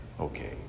Okay